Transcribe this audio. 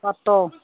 photo